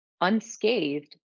unscathed